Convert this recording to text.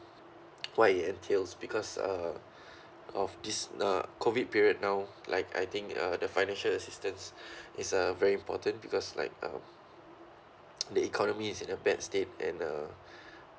what it entails because uh of this uh COVID period now like I think uh the financial assistance is a very important because like uh the economy is in a bad state and uh